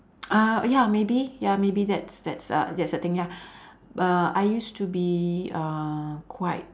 uh uh ya maybe ya maybe that's that's uh that's the thing ya I used to be uh quite